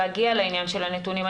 להגיע לעניין של הנתונים.